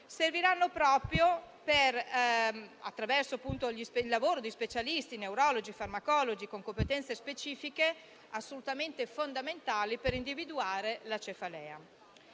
della cefalea), attraverso il lavoro di specialisti, neurologi e farmacologi con competenze specifiche assolutamente fondamentali per individuare la cefalea.